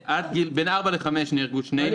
בגילאים בין ארבע לחמש נהרגו שני ילדים.